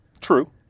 True